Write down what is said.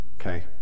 okay